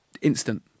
Instant